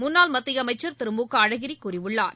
முன்னாள் மத்திய அமைச்சர் திரு மு க அழகிரி கூறியுள்ளார்